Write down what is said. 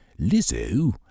Lizzo